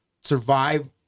survive